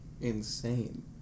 insane